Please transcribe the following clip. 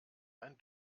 ein